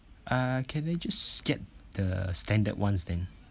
uh can I just get the standard ones then